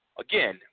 again